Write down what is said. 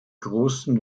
großen